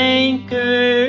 anchor